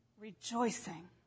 rejoicing